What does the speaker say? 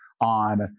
on